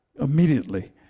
immediately